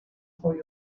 for